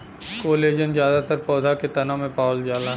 collagen जादातर पौधा के तना में पावल जाला